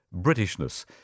Britishness